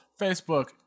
Facebook